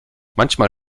manchmal